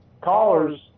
callers